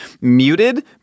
muted